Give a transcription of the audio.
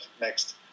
next